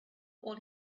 all